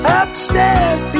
upstairs